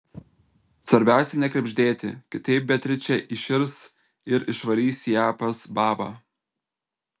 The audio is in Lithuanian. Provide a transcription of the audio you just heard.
svarbiausia nekrebždėti kitaip beatričė įširs ir išvarys ją pas babą